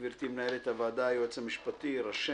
גברתי מנהלת הוועדה, היועץ המשפטי, רשמת,